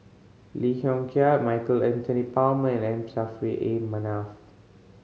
Lee Yong Kiat Michael Anthony Palmer and M Saffri A Manaf